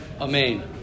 Amen